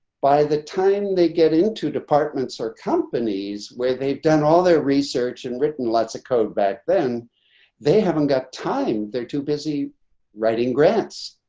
by the time they get into departments or companies where they've done all their research and written lots of code back then they haven't got time. they're too busy writing grants,